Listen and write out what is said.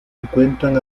encuentran